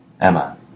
Emma